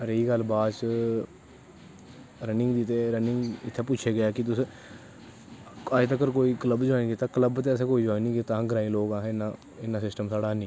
रेही गल्ल बाद च रनिंग दी ते रनिंग इत्थें पुछेआ गेआ कि तुस अज तक कोई बल्ब जवाईंन कीता कल्ब ते असैं कोई जवाईन नी कीता अस ग्राईं लोग आं इन्ना सिस्टम साढ़ा नेंई